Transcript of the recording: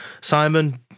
Simon